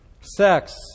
sex